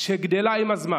שגדלה עם הזמן,